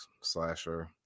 slasher